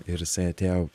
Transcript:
ir jisai atėjo